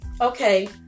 Okay